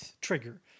trigger